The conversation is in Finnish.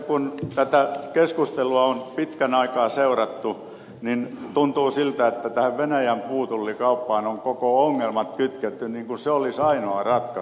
kun tätä keskustelua on pitkän aikaa seurattu niin tuntuu siltä että tähän venäjän puutullikauppaan on koko ongelmat kytketty niin kuin se olisi ainoa ratkaisu